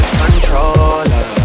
controller